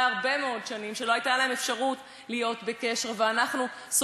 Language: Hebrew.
הרבה מאוד שנים שלא הייתה להם אפשרות להיות בקשר,